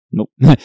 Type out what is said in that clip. Nope